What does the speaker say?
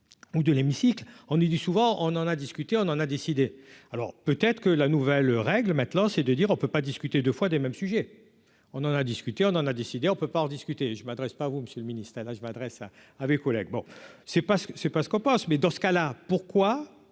ou de l'hémicycle en est du souvent on en a discuté, on en a décidé, alors peut-être que la nouvelle règle maintenant, c'est de dire : on ne peut pas discuter de foi des mêmes sujets, on en a discuté, on en a décidé, on ne peut pas rediscuté je m'adresse pas à vous, Monsieur le Ministre, là je m'adresse à avec Oleg, bon c'est pas ce que c'est pas ce qu'on pense, mais dans ce cas-là, pourquoi,